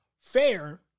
fair